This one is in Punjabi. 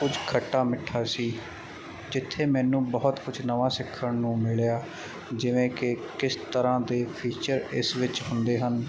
ਕੁੱਝ ਖੱਟਾ ਮਿੱਠਾ ਸੀ ਜਿੱਥੇ ਮੈਨੂੰ ਬਹੁਤ ਕੁਛ ਨਵਾਂ ਸਿੱਖਣ ਨੂੰ ਮਿਲਿਆ ਜਿਵੇਂ ਕਿ ਕਿਸ ਤਰ੍ਹਾਂ ਦੇ ਫੀਚਰ ਇਸ ਵਿੱਚ ਹੁੰਦੇ ਹਨ